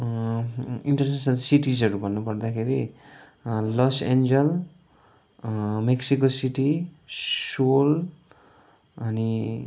international सिटीजहरू भन्नु पर्दाखेरि Los Angeles Mexico City Seoul अनि